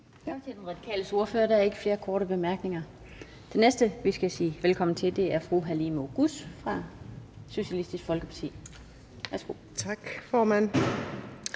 Tak til De Radikales ordfører. Der er ikke flere korte bemærkninger. Den næste, vi skal sige velkommen til, er fru Halime Oguz fra Socialistisk Folkeparti. Værsgo. Kl.